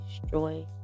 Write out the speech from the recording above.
destroy